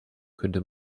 könnte